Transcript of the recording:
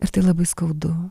ir tai labai skaudu